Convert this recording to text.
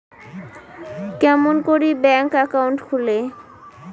কেমন করি bank account খুলে?